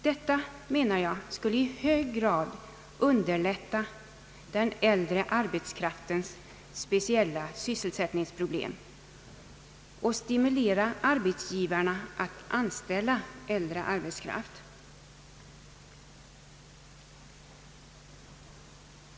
Detta skulle i hög grad underlätta en lösning av den äldre arbetskraftens speciella sysselsättningsproblem och stimulera arbetsgivarna att anställa äldre arbetskraft.